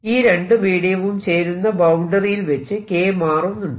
ഈ രണ്ടു മീഡിയവും ചേരുന്ന ബൌണ്ടറി യിൽ വെച്ച് K മാറുന്നുണ്ട്